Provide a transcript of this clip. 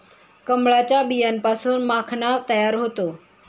कमळाच्या बियांपासून माखणा तयार होतो